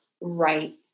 right